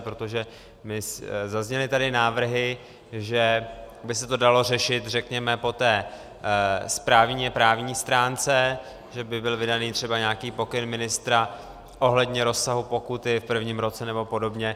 Protože zazněly tady návrhy, že by se to dalo řešit řekněme po správněprávní stránce, že by byl vydán třeba nějaký pokyn ministra ohledně rozsahu pokuty v prvním roce nebo podobně.